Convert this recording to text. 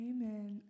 Amen